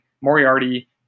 Moriarty